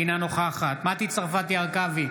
אינה נוכחת מטי צרפתי הרכבי,